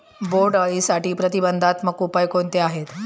बोंडअळीसाठी प्रतिबंधात्मक उपाय कोणते आहेत?